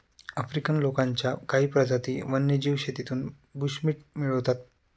African लोकांच्या काही प्रजाती वन्यजीव शेतीतून बुशमीट मिळवतात